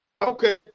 Okay